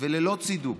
וללא צידוק,